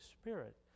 Spirit